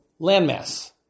landmass